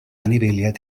anifeiliaid